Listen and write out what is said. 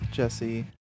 Jesse